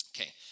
Okay